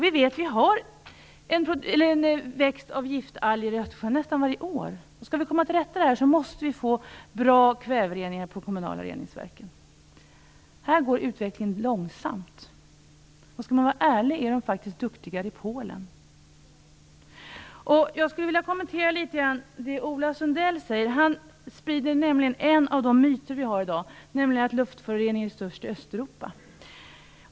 Vi vet att vi har en tillväxt av giftalger i Östersjön nästan varje år. Skall vi komma till rätta med det måste vi få bra kväverening på de kommunala reningsverken. Här går utvecklingen långsamt. Skall man vara ärlig är de faktiskt duktigare i Polen. Jag skulle vilja kommentera det Ola Sundell säger. Han sprider nämligen en av de myter vi har i dag, nämligen att luftföroreningarna är störst i Östeuropa.